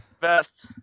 best